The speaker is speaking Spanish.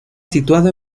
situado